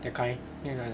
that kind you know